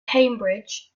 cambridge